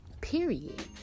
Period